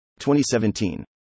2017